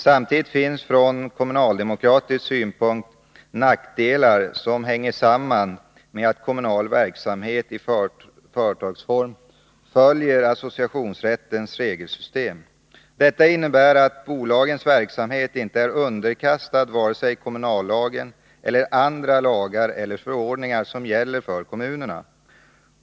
Samtidigt finns från kommunaldemokratiska synpunkter nackdelar som hänger samman med att kommunal verksamhet i företagsform följer associationsrättens regelsystem. Detta innebär att bolagens verksamhet inte är underkastad vare sig kommunallagen eller andra lagar eller förordningar som gäller för kommunerna.